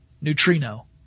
neutrino